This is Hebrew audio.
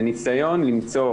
זה ניסיון למצוא,